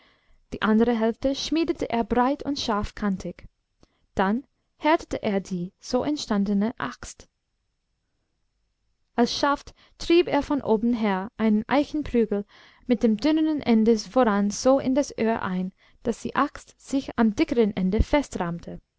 die andere hälfte schmiedete er breit und scharfkantig dann härtete er die so entstandene axt als schaft trieb er von oben her einen eichenprügel mit dem dünneren ende voran so in das öhr ein daß die axt sich am dickeren ende festrammte